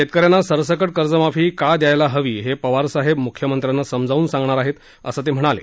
शेतकऱ्यांना सरसकट कर्जमाफी का द्यायला हवी हे पवारसाहेब मुख्यमंत्र्यांना समजून सांगणार आहेत असं ते म्हणाले